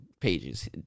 pages